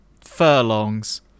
Furlongs